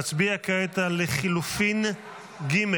נצביע כעת על לחלופין ג',